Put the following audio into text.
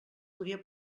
podia